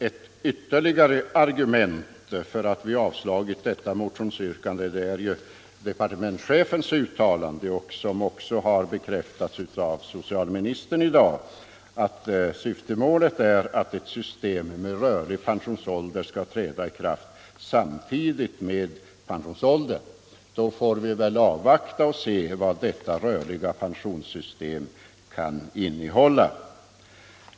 Ett ytterligare skäl till att vi avstyrkt motionsyrkandet är departementschefens uttalande i propositionen — som han också bekräftat här i dag — att syftet är att ett system med rörlig pensionsålder skall träda i kraft samtidigt med pensionsålderssänkningen. Då får vi väl avvakta och se vad detta rörliga pensionssystem kan innehålla.